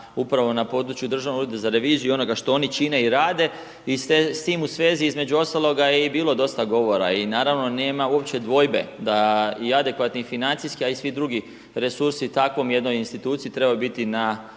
upravo na području Državnog ureda za reviziju i onoga što oni čine i rade i s tim u sveti između ostalog je i bilo dosta govora i naravno nema uopće dvojbe da i adekvatni i financijski a i svi drugi resursi takvoj jednoj instituciji trebaju biti na